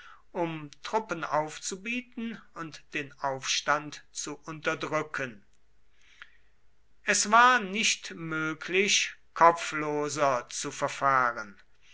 um truppen aufzubieten und den aufstand zu unterdrücken es war nicht möglich kopfloser zu verfahren